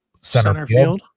Centerfield